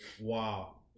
Wow